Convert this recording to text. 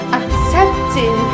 accepting